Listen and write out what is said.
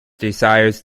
desires